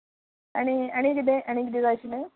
आनी आनी कितें आनी कितें जाय आशिल्लें